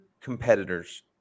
competitors –